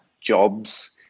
jobs